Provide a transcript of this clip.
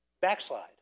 backslide